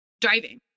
driving